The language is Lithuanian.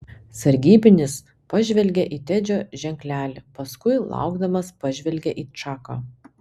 sargybinis pažvelgė į tedžio ženklelį paskui laukdamas pažvelgė į čaką